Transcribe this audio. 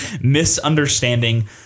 misunderstanding